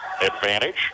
advantage